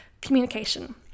communication